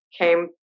came